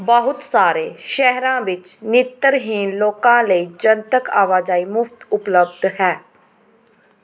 ਬਹੁਤ ਸਾਰੇ ਸ਼ਹਿਰਾਂ ਵਿੱਚ ਨੇਤਰਹੀਣ ਲੋਕਾਂ ਲਈ ਜਨਤਕ ਆਵਾਜਾਈ ਮੁਫ਼ਤ ਉਪਲਬਧ ਹੈ